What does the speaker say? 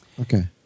Okay